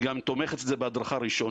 היא גם תומכת את זה בהדרכה ראשונית,